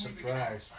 surprise